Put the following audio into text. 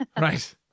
Right